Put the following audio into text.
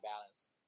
balance